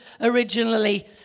originally